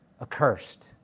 accursed